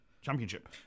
championship